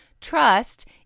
Trust